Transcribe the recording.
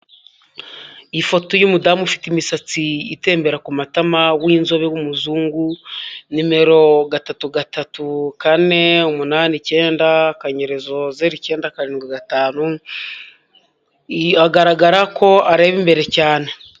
Ifoto y'umudamu ufite imisatsi itembera ku matama w'inzobe w'umuzungu, nimero gatatu, gatatu, kane, umunani, icyenda, akanyerezo, zero, icyenda, karindwi gatanu. Agaragara ko areba imbere cyane.